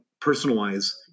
personalize